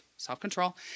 self-control